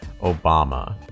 Obama